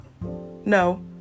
no